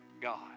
God